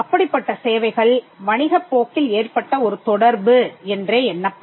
அப்படிப்பட்ட சேவைகள் வணிகப் போக்கில் ஏற்பட்ட ஒரு தொடர்பு என்றே எண்ணப்படும்